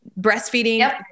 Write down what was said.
breastfeeding